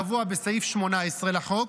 הקבוע בסעיף 18 לחוק,